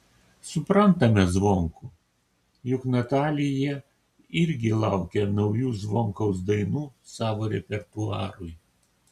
suprantame zvonkų juk natalija irgi laukia naujų zvonkaus dainų savo repertuarui